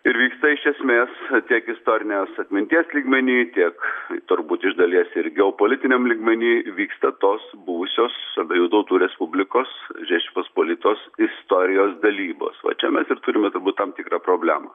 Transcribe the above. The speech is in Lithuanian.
ir vyksta iš esmės tiek istorinės atminties lygmeny tiek turbūt iš dalies ir geopolitiniam lygmenį vyksta tos buvusios abiejų tautų respublikos žečpospolitos istorijos dalybos va čia mes ir turime turbūt tam tikrą problemą